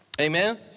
Amen